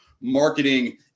marketing